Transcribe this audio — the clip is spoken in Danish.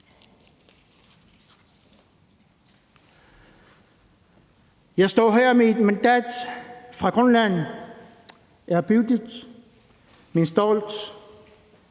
Jeg står her med et mandat fra Grønland, ærbødig, men stolt